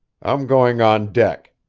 i'm going on deck.